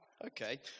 Okay